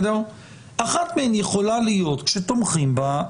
אחת מהן יכולה להיות שתומכים בה,